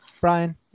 Brian